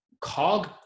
cog